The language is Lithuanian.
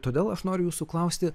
todėl aš noriu jūsų klausti